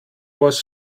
was